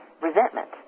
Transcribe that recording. resentment